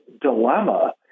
dilemma